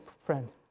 friend